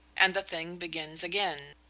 and the thing begins again,